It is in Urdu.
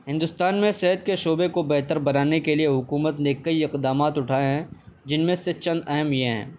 ہندوستان میں صحت کے شعبے کو بہتر بنانے کے لیے حکومت نے کئی اقدامات اٹھائے ہیں جن میں سے چند اہم یہ ہیں